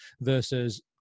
versus